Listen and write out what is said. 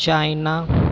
China